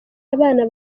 abana